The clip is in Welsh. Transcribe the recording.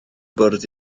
bwrdd